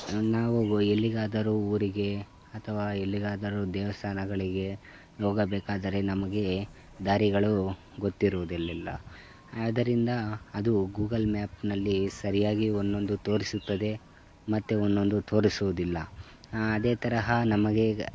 ನಾವು ಎಲ್ಲಿಗಾದರೂ ಊರಿಗೆ ಅಥವಾ ಎಲ್ಲಿಗಾದರೂ ದೇವಸ್ಥಾನಗಳಿಗೆ ಹೋಗಬೇಕಾದರೆ ನಮಗೆ ದಾರಿಗಳು ಗೊತ್ತಿರುವುದಲ್ಲಿಲ್ಲ ಆದ್ದರಿಂದ ಅದು ಗೂಗಲ್ ಮ್ಯಾಪ್ನಲ್ಲಿ ಸರಿಯಾಗಿ ಒಂದೊಂದು ತೋರಿಸುತ್ತದೆ ಮತ್ತೆ ಒಂದೊಂದು ತೋರಿಸುವುದಿಲ್ಲ ಅದೇ ತರಹ ನಮಗೆ ಈಗ